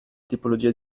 tipologia